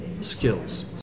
skills